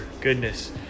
Goodness